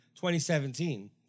2017